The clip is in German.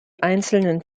einzelnen